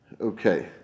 Okay